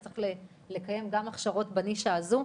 צריך לקיים גם הכשרות בנישה הזאת,